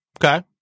Okay